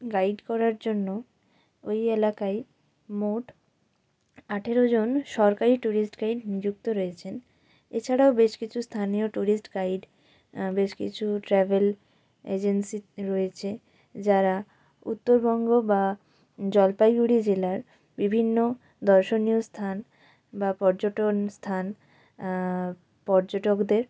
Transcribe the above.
guide করার জন্য ওই এলাকায় মোট আঠেরো জন সরকারি টুরিস্ট গাইড নিযুক্ত রয়েছেন এছাড়াও বেশ কিছু স্থানীয় টুরিস্ট গাইড বেশ কিছু ট্র্যাভেল এজেন্সি রয়েছে যারা উত্তরবঙ্গ বা জলপাইগুড়ি জেলার বিভিন্ন দর্শনীয় স্থান বা পর্যটন স্থান পর্যটকদের